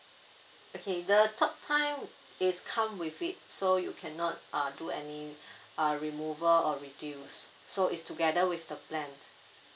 okay the talk time is come with it so you cannot uh do any uh removal or reduce so it's together with the plan